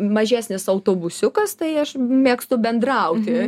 mažesnis autobusiukas tai aš mėgstu bendrauti